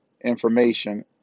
information